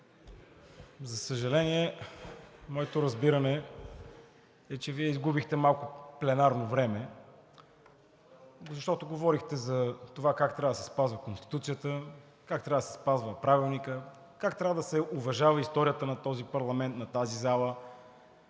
за съжаление, моето разбиране е, че Вие изгубихте малко пленарно време, защото говорихте за това как трябва да се спазва Конституцията, как трябва да се спазва Правилникът, как трябва да се уважава историята на този парламент, на тази зала.